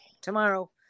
tomorrow